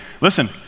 listen